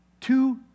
two